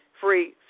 free